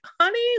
honey